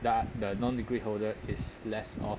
that the non-degree holder is less of